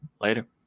Later